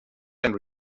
and